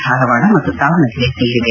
ಧಾರವಾಡ ಮತ್ತು ದಾವಣಗೆರೆ ಸೇರಿವೆ